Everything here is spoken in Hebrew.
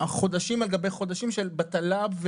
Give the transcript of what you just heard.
חודשים על גבי חודשים של בטלה.